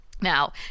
Now